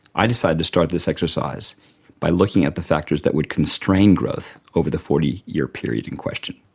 i decided to start this exercise by looking at the factors that would constrain growth over the forty year period in question.